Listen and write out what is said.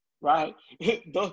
right